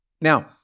Now